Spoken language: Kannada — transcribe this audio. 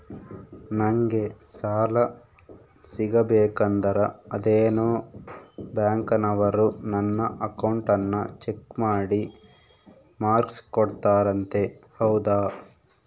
ನಂಗೆ ಸಾಲ ಸಿಗಬೇಕಂದರ ಅದೇನೋ ಬ್ಯಾಂಕನವರು ನನ್ನ ಅಕೌಂಟನ್ನ ಚೆಕ್ ಮಾಡಿ ಮಾರ್ಕ್ಸ್ ಕೊಡ್ತಾರಂತೆ ಹೌದಾ?